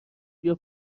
بیا